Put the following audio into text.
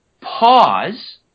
pause